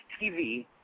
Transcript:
TV